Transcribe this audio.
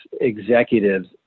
executives